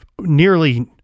nearly